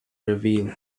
review